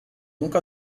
nunca